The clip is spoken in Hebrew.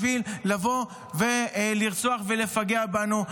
בשביל לבוא ולרצוח ולפגע בנו.